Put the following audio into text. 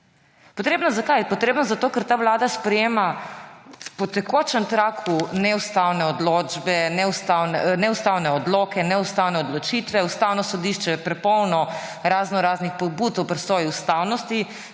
Potrebna – zakaj? Potrebno zato, ker ta vlada sprejema po tekočem traku neustavne odločbe, neustavne odloke, neustavne odločitve. Ustavno sodišče je prepolno raznoraznih pobud o presoji ustavnosti.